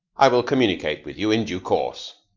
i will communicate with you in due course.